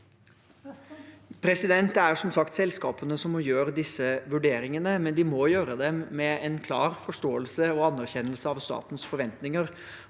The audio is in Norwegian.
Det er som sagt selskapene som må gjøre disse vurderingene, men de må gjøre dem med en klar forståelse og anerkjennelse av statens forventninger.